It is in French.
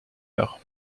heure